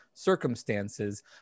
circumstances